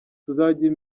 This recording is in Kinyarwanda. tuzagira